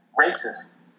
racist